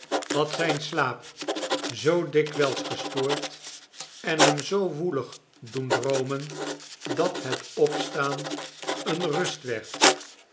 had zijn slaap zoo dikwijls gestoord en hem zoo woelig doen droomen dat het opstaan eene rust werd